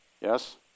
Yes